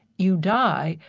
you die,